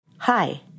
Hi